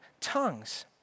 tongues